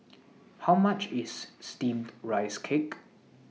How much IS Steamed Rice Cake